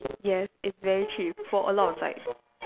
yes it's very cheap for a lot of sides